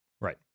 Right